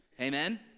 amen